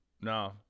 no